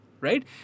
right